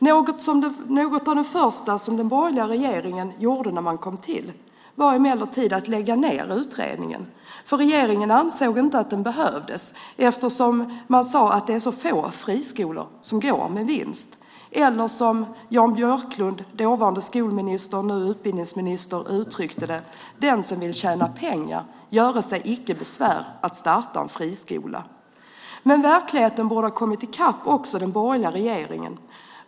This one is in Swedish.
Något av det första som den borgerliga regeringen gjorde när den kom till makten var emellertid att lägga ned utredningen. Regeringen ansåg inte att den behövdes eftersom man sade att det var så få friskolor som går med vinst, eller som Jan Björklund, dåvarande skolminister, nu utbildningsminister, uttryckte det: Den som vill tjäna pengar göre sig icke besvär att starta en friskola. Men verkligheten borde ha kommit i kapp också den borgerliga regeringen.